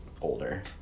older